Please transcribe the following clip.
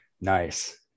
Nice